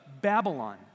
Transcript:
Babylon